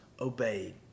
obeyed